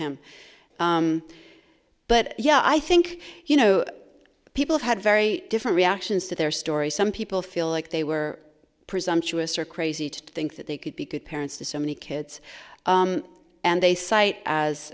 him but yeah i think you know people had very different reactions to their story some people feel like they were presumptuous or crazy to think that they could be good parents to so many kids and they cite as